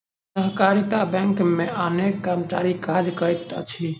सहकारिता बैंक मे अनेक कर्मचारी काज करैत छथि